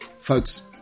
Folks